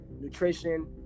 nutrition